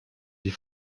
die